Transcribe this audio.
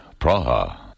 Praha